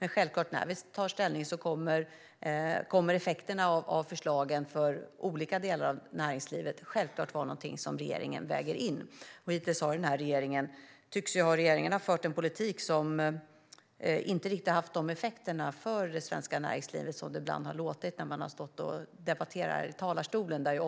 När vi tar ställning kommer självklart effekterna av förslagen för olika delar av näringslivet att vara någonting som regeringen väger in. Hittills tycks den här regeringen ha fört en politik som inte riktigt haft de effekter för det svenska näringslivet som det ibland har låtit som när man har stått och debatterat här i talarstolen.